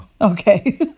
Okay